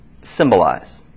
symbolize